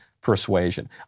persuasion